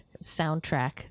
soundtrack